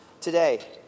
today